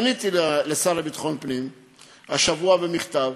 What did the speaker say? פניתי לשר לביטחון פנים השבוע במכתב.